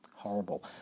horrible